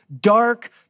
dark